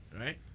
right